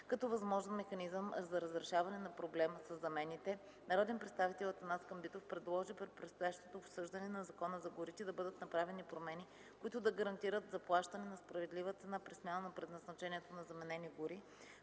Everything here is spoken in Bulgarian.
Като възможен механизъм за разрешаване на проблема със замените народният представител Атанас Камбитов предложи при предстоящото обсъждане на Закона за горите да бъдат направени промени, които да гарантират заплащане на справедлива цена при смяна на предназначението на заменени гори,